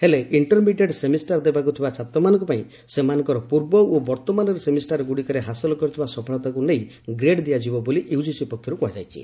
ହେଲେ intermediate semester ଦେବାକୁ ଥିବା ଛାତ୍ରମାନଙ୍କ ପାଇଁ ସେମାନଙ୍କର ପୂର୍ବ ଓ ବର୍ତ୍ତମାନର ସେମିଷ୍ଟାରଗୁଡ଼ିକରେ ହାସଲ କରିଥିବା ସଫଳତାକୁ ନେଇ ଗ୍ରେଡ୍ ଦିଆଯିବ ବୋଲି ୟୁଜିସି ପକ୍ଷରୁ କୁହାଯାଇଛି